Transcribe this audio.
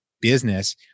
business